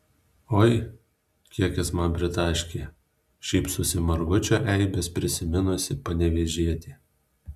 oi kiek jis man pritaškė šypsosi margučio eibes prisiminusi panevėžietė